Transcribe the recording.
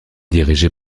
dirigé